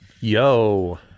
yo